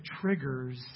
triggers